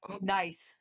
Nice